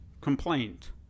complaint